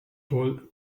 paul